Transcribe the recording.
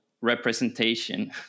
representation